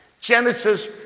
Genesis